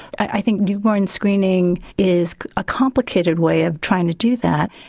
i think newborn screening is a complicated way of trying to do that.